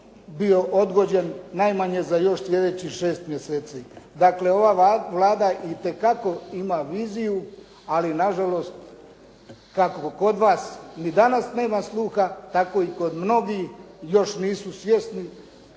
bio odgođen najmanje za još sljedećih šest mjeseci. Dakle, ova Vlada itekako ima viziju ali nažalost kako kod vas ni danas nema sluha, tako i kod mnogih još nisu svjesni